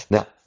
Now